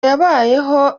yabayeho